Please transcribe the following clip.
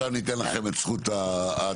עכשיו ניתן לכם את זכות התגובה.